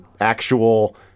actual